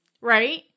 right